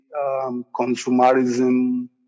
consumerism